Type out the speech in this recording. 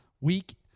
week